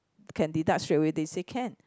can deduct straight away they say can